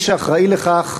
מי שאחראי לכך